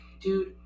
dude